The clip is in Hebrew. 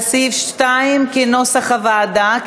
על סעיף 2 כנוסח הוועדה,